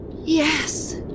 Yes